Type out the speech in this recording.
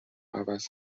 عوض